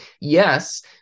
yes